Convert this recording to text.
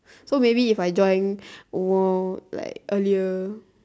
so maybe if I join more like earlier